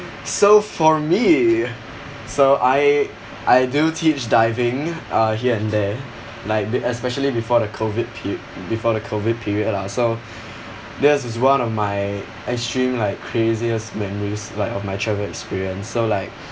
so for me so I I do teach diving uh here and there like the especially before the COVID per~ before the COVID period lah so this is one of my extreme like craziest memories like of my travel experience so like